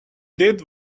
did